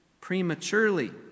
prematurely